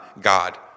God